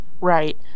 Right